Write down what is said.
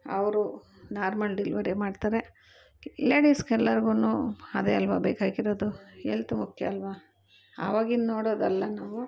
ಅವರು normal delivery ಮಾಡ್ತಾರೆ ಲೇಡಿಸ್ಗೆ ಎಲ್ಲಾರ್ಗು ಅದೆ ಅಲ್ವ ಬೇಕಾಗಿರೋದು ಹೆಲ್ತ್ ಮುಖ್ಯ ಅಲ್ವ ಆವಾಗಿನ ನೋಡೋದು ಅಲ್ಲ ನಾವು